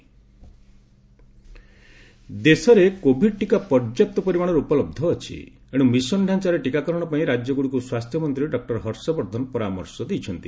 ହର୍ଷବର୍ଦ୍ଧନ ଦେଶରେ କୋଭିଡ୍ ଟିକା ପର୍ଯ୍ୟାପ୍ତ ପରିମାଣର ଉପଲବ୍ଧ ଅଛି ଏଣୁ ମିଶନ ଢାଞ୍ଚାରେ ଟିକାକରଣ ପାଇଁ ରାଜ୍ୟଗୁଡ଼ିକୁ ସ୍ୱାସ୍ଥ୍ୟମନ୍ତ୍ରୀ ଡକ୍ଟର ହର୍ଷବର୍ଦ୍ଧନ ପରାମର୍ଶ ଦେଇଛନ୍ତି